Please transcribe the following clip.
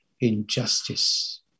injustice